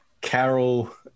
Carol